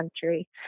country